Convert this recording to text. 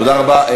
תודה רבה.